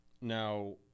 Now